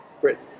Britain